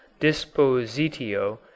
Dispositio